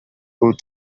for